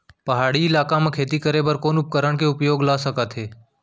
पहाड़ी इलाका म खेती करें बर कोन उपकरण के उपयोग ल सकथे?